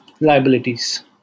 liabilities